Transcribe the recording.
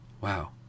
Wow